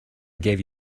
gave